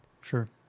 Sure